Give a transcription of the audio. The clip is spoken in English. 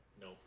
No